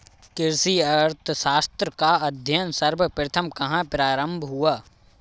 कृषि अर्थशास्त्र का अध्ययन सर्वप्रथम कहां प्रारंभ हुआ?